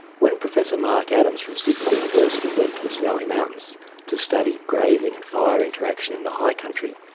when professor mark adams from sydney university went to the snowy mountains to study grazing and fire interaction in the high country,